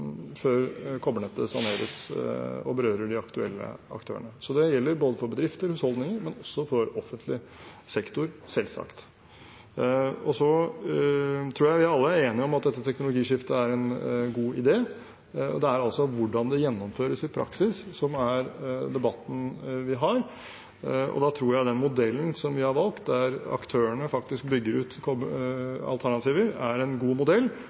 før kobbernettet saneres og berører de aktuelle aktørene. Det gjelder både for bedrifter og husholdninger og selvsagt også for offentlig sektor. Jeg tror vi alle er enige om at dette teknologiskiftet er en god idé. Det er hvordan det gjennomføres i praksis, som er debatten vi har. Da tror jeg den modellen vi har valgt, der aktørene faktisk bygger ut alternativer, er en god modell,